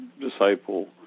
disciple